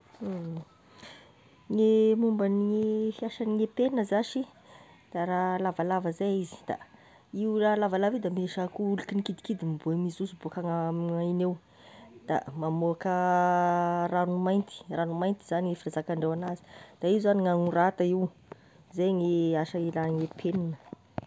Gne momba gne fiasagne penina zashy, da raha lavalava zay izy, da io raha lavalava io da misy akoa olikiny kidikidy miboa- mizoso bôka ana- amign'igny eo, da mamoaka rano mainty, rano mainty zany fizakandreo anazy, da io zagny gn'anorata io, zay ny asa ilà agne penina.